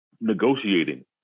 negotiating